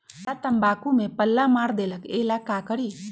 हमरा तंबाकू में पल्ला मार देलक ये ला का करी?